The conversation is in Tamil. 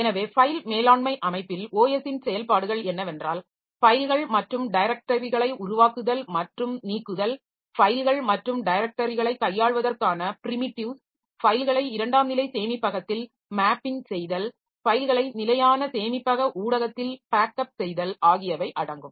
எனவே ஃபைல் மேலாண்மை அமைப்பில் OS ன் செயல்பாடுகள் என்னவென்றால் ஃபைல்கள் மற்றும் டைரக்டரிகளை உருவாக்குதல் மற்றும் நீக்குதல் ஃபைல்கள் மற்றும் டைரக்டரிகளை கையாளுவதற்கான பிரிமிடிவ்ஸ் ஃபைல்களை இரண்டாம் நிலை சேமிப்பகத்தில் மேப்பிங் செய்தல் ஃபைல்களை நிலையான சேமிப்பக ஊடகத்தில் பேக்கப் செய்தல் ஆகியவை அடங்கும்